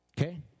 Okay